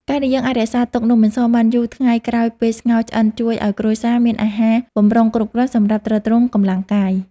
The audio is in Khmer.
ការដែលយើងអាចរក្សាទុកនំអន្សមបានយូរថ្ងៃក្រោយពេលស្ងោរឆ្អិនជួយឱ្យគ្រួសារមានអាហារបម្រុងគ្រប់គ្រាន់សម្រាប់ទ្រទ្រង់កម្លាំងកាយ។